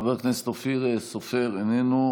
חבר הכנסת אופיר סופר, איננו.